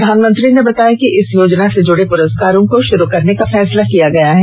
प्रधानमंत्री ने बताया कि इस योजना से जुड़े प्रस्कारों को शुरू करने का फैसला किया है